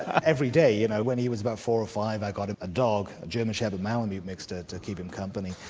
every day, you know, when he was about four or five, i ghim ot a dog, a german shepherd malinois mix to to keep him company,